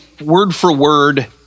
word-for-word